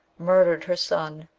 murdered her son,